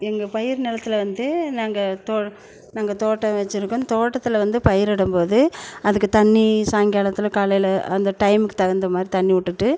எங்கள் பயிர் நிலத்துல வந்து நாங்கள் தோ நாங்கள் தோட்டம் வெச்சுருக்கோம் தோட்டத்தில் வந்து பயிரிடும்போது அதுக்கு தண்ணீர் சாயங்காலத்தில் காலையில் அந்த டைமுக்கு தகுந்த மாதிரி தண்ணி விட்டுட்டு